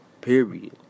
Period